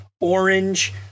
orange